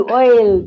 oil